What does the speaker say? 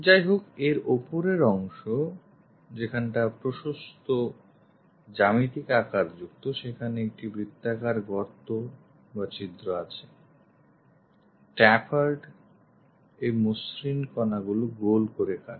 যাইহোক এর ওপরের অংশ যেখানটা প্রশস্ত জ্যামিতিক আকারযুক্ত সেখানে একটি বৃত্তাকার গর্ত বা ছিদ্র আছে টাপারে এ মসৃণ কোণাগুলি গোল করে কাটা